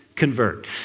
Convert